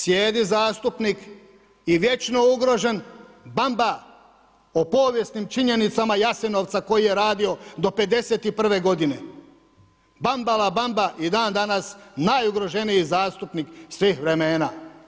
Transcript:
Sjedi zastupnik i vječno ugrožen bamba o povijesnim činjenicama Jasenovca koji je radio do '51., bamba la bamba i danas najugroženiji zastupnik svih vremena.